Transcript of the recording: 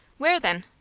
where then?